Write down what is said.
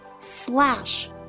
slash